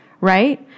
Right